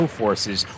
forces